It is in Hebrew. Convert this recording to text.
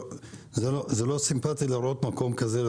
זה לא סימפטי לראות מקום כזה,